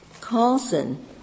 Carlson